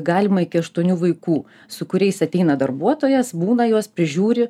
galima iki aštuonių vaikų su kuriais ateina darbuotojas būna juos prižiūri